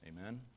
Amen